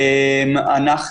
אנו,